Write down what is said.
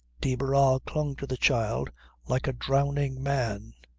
de barral clung to the child like a drowning man.